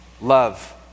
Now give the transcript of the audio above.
love